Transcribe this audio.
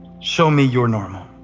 show me your normal.